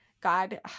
God